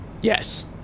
Yes